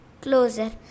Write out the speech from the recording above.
closer